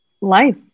life